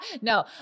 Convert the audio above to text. No